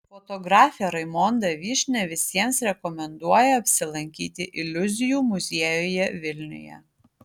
fotografė raimonda vyšnia visiems rekomenduoja apsilankyti iliuzijų muziejuje vilniuje